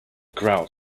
grout